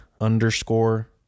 underscore